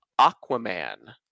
Aquaman